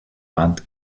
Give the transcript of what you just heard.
wand